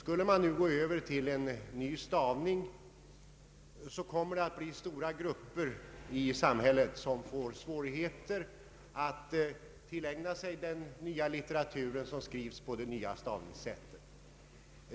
Om vi nu går över till en ny stavning, kommer stora grupper i samhället att få svårigheter att tillägna sig den nya litteratur som skrivs enligt det nya stavningssättet.